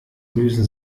lösen